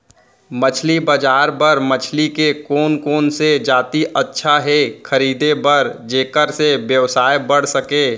मछली बजार बर मछली के कोन कोन से जाति अच्छा हे खरीदे बर जेकर से व्यवसाय बढ़ सके?